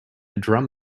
drum